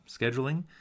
scheduling